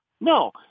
no